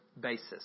basis